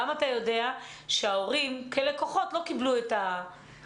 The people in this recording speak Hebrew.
וגם אתה יודע שההורים שהם הלקוחות לא קיבלו את המוצר.